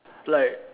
like